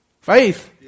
Faith